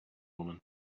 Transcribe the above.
woman